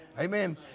Amen